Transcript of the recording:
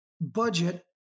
budget